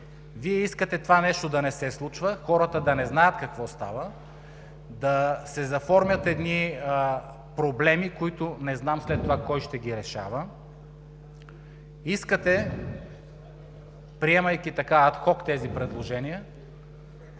Вие искате това нещо да не се случва. Хората да не знаят какво става. Да се заформят едни проблеми, които не знам след това кой ще ги решава. Искате, приемайки ад хок тези предложения,